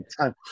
time